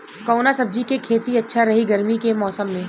कवना सब्जी के खेती अच्छा रही गर्मी के मौसम में?